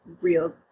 real